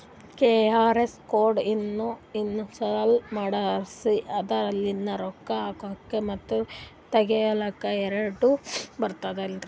QR code ನ install ಮಾಡೆಸಿ ಅದರ್ಲಿಂದ ರೊಕ್ಕ ಹಾಕ್ಲಕ್ಕ ಮತ್ತ ತಗಿಲಕ ಎರಡುಕ್ಕು ಬರ್ತದಲ್ರಿ?